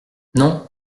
non